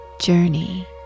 journey